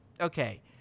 Okay